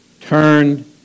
turned